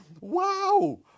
Wow